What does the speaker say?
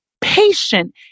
patient